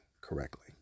correctly